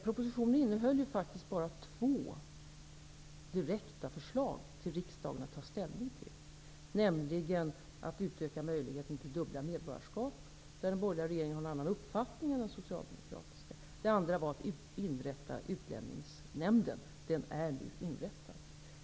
Propositionen innehöll bara två direkta förslag att ta ställning till för riksdagen, nämligen för det första att öka möjligheten till dubbla medborgarskap, där den borgerliga regeringen har en annan uppfattning än den socialdemokratiska hade, för det andra att inrätta Utlänningsnämnden, vilket nu har gjorts.